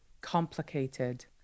Complicated